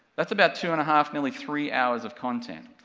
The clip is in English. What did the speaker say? that's about two and a half, nearly three hours of content.